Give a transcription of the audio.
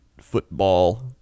football